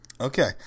Okay